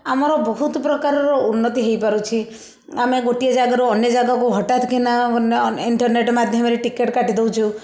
ଆମର ବହୁତ ପ୍ରକାର ର ଉନ୍ନତି ହେଇପାରୁଛି ଆମେ ଗୋଟିଏ ଜାଗାରୁ ଅନ୍ୟ ଜାଗାକୁ ହଟାତ୍ କିନା ଇଣ୍ଟର୍ନେଟ୍ ମାଧ୍ୟମରେ ଟିକେଟ୍ କାଟିଦଉଛୁ